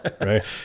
right